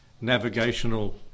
navigational